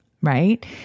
right